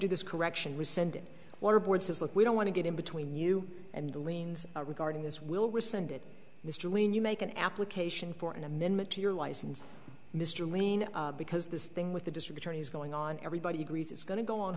do this correction resending water board says look we don't want to get in between you and the liens regarding this we'll resend it mr lien you make an application for an amendment to your license mr lien because this thing with the district attorney is going on everybody agrees it's going to go on